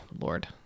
Lord